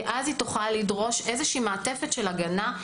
כי אז היא תוכל לדרוש איזושהי מעטפת של הגנה.